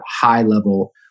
high-level